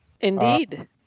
Indeed